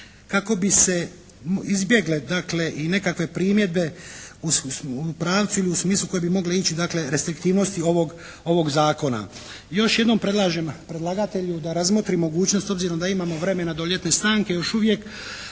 kako bi se izbjegle dakle i nekakve primjedbe u pravcu i u smislu koje bi mogle ići dakle restriktivnosti ovog zakona. Još jednom predlažem predlagatelju da razmotri mogućnost s obzirom da imamo vremena do ljetne stanke još uvijek,